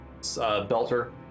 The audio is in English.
belter